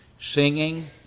singing